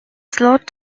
slowed